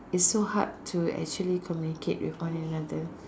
is so hard to actually communicate with one another